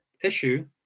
issue